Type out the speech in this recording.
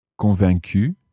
Convaincu